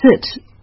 sit